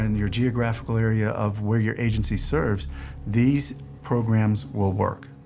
and your geographical area of where your agency serves these programs will work.